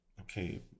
Okay